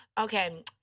Okay